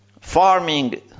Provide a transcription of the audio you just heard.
farming